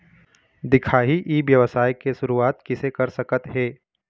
दिखाही ई व्यवसाय के शुरुआत किसे कर सकत हे?